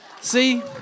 See